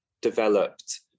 developed